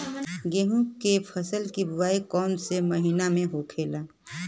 गेहूँ के फसल की बुवाई कौन हैं महीना में होखेला?